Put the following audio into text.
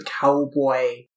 cowboy